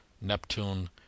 Neptune